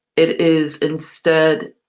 it is, instead,